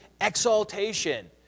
exaltation